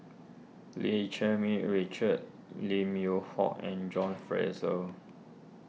Lee Cherng Mih Richard Lim Yew Hock and John Fraser